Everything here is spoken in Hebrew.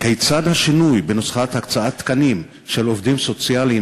כיצד השינוי בנוסחת הקצאת תקנים של עובדים סוציאליים,